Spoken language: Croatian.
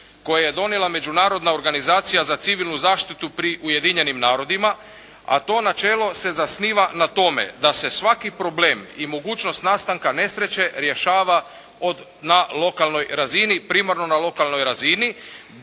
koje je donijela Međunarodna organizacija za civilnu zaštitu pri Ujedinjenim narodima, a to načelo se zasniva na tome da se svaki problem i mogućnost nastanka nesreće rješava na lokalnoj razini, primarno na lokalnoj razini